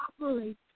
operate